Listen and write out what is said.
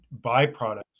byproducts